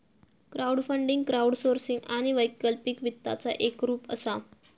crowdfunding crowdsourcing आणि वैकल्पिक वित्ताचा एक रूप असा